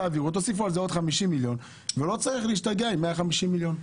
תוסיפו לזה עוד 50 מיליון ולא צריך להשתגע עם 150 מיליון.